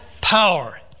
power